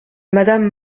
madame